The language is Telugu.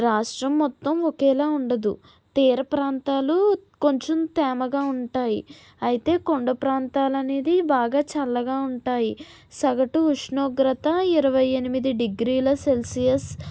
రాష్ట్రం మొత్తం ఒకేలా ఉండదు తీర ప్రాంతాలు కొంచెం తేమగా ఉంటాయి అయితే కొండ ప్రాంతాలనేది బాగా చల్లగా ఉంటాయి సగటు ఉష్ణోగ్రత ఇరవై ఎనిమిది డిగ్రీల సెల్సియస్